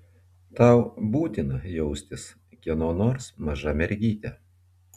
tau būtina jaustis kieno nors maža mergyte